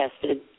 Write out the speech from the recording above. tested